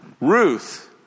Ruth